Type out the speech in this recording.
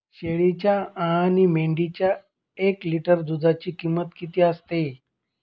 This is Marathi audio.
शेळीच्या आणि मेंढीच्या एक लिटर दूधाची किंमत किती असते?